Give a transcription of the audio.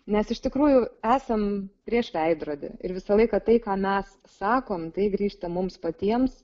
nes iš tikrųjų esam prieš veidrodį ir visą laiką tai ką mes sakom tai grįžta mums patiems